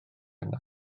yna